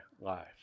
life